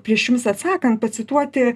prieš jums atsakant pacituoti